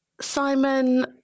Simon